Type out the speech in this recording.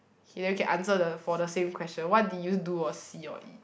k then we can answer the for the same question what did you do or see or eat